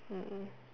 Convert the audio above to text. mm mm